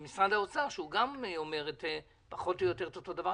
שלא תגידי: בואו נדחה את כל המתווה בחצי שנה,